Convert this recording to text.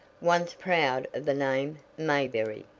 once proud of the name mayberry.